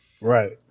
right